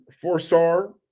four-star